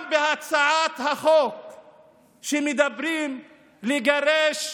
בהצעת החוק מדברים על גירוש